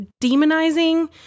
demonizing